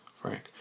Frank